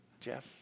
Jeff